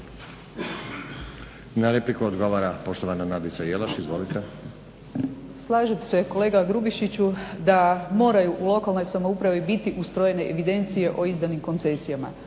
Na repliku odgovara poštovana Nadica Jelaš. Izvolite. **Jelaš, Nadica (SDP)** Slažem se kolega Grubišiću da moraju u lokalnoj samoupravi biti ustrojene evidencije o izdanim koncesijama,